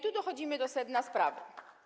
Tu dochodzimy do sedna sprawy.